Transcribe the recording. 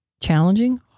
challenging